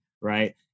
Right